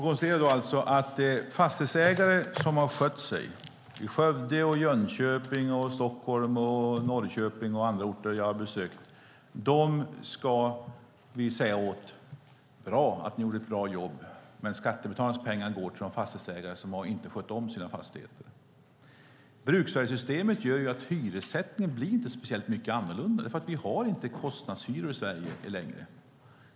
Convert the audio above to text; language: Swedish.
Herr talman! Till fastighetsägare som har skött sig i Skövde, Jönköping, Stockholm, Norrköping och andra orter som jag har besökt ska vi alltså säga: Bra att ni gjorde ett bra jobb, men skattebetalarnas pengar går till de fastighetsägare som inte har skött om sina fastigheter. Bruksvärdessystemet gör att hyressättningen inte blir speciellt mycket annorlunda, för vi har inte kostnadshyror i Sverige längre.